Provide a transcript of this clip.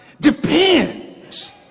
depends